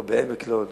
או בעמק לוד,